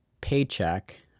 paycheck